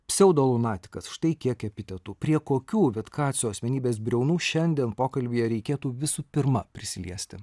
pseudolunatikas štai kiek epitetų prie kokių vitkaco asmenybės briaunų šiandien pokalbyje reikėtų visų pirma prisiliesti